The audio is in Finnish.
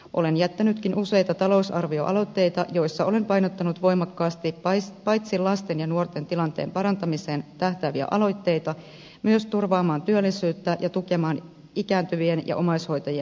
olen jättänytkin useita talousarvioaloitteita joissa olen painottanut voimakkaasti paitsi lasten ja nuorten tilanteen parantamiseen myös työllisyyden turvaamiseen ja ikääntyvien ja omaishoitajien arjen tukemiseen tähtääviä aloitteita